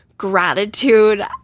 gratitude